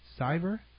Cyber